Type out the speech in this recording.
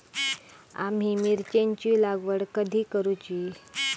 आम्ही मिरचेंची लागवड कधी करूची?